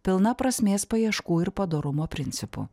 pilna prasmės paieškų ir padorumo principų